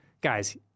Guys